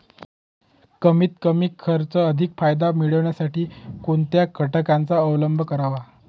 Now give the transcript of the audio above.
कमीत कमी खर्चात अधिक फायदा मिळविण्यासाठी कोणत्या घटकांचा अवलंब करावा?